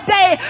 day